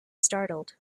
startled